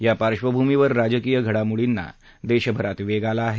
या पार्श्वभूमीवर राजकीय घडामोर्डीना देशभरात वेग आला आहे